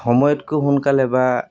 সময়তকৈ সোনকালে বা